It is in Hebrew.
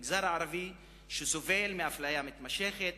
המגזר הערבי סובל מאפליה מתמשכת.